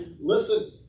listen